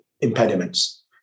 impediments